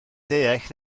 deall